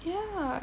ya